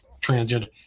transgender